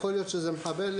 יכול להיות שזאת מחבלת,